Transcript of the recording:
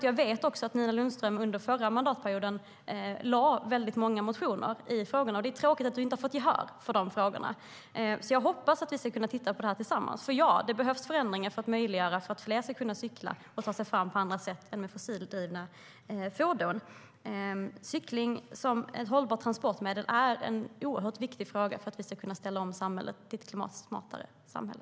Och jag vet att du, Nina Lundström, lade fram många motioner i frågorna under förra mandatperioden. Det är tråkigt att du inte har fått gehör. Jag hoppas att vi ska kunna titta på det här tillsammans eftersom det behövs förändringar för att möjliggöra så att fler kan cykla och ta sig fram på andra sätt än med fossildrivna fordon. Cykling som ett hållbart transportmedel är en oerhört viktig fråga för att vi ska kunna ställa om till ett klimatsmartare samhälle.